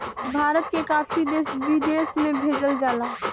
भारत के काफी देश विदेश में भेजल जाला